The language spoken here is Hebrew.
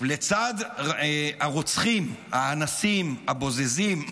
לצד הרוצחים, האנסים, הבוזזים,